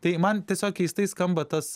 tai man tiesiog keistai skamba tas